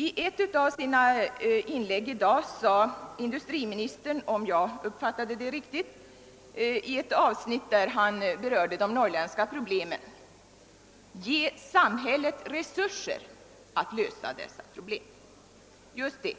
I ett av sina inlägg i dag sade industriministern, om jag uppfattade det riktigt, i ett avsnitt där han berörde de norrländska problemen, att man borde ge samhället resurser att lösa dessa problem. Just det!